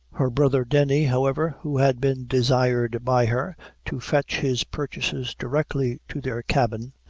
her brother denny, however, who had been desired by her to fetch his purchases directly to their cabin,